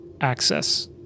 access